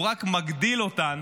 הוא רק מגדיל אותן